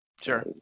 sure